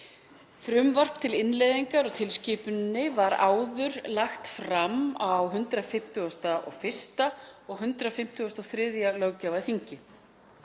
Frumvarp til innleiðingar á tilskipuninni var áður lagt fram á 151. og 153. löggjafarþingi.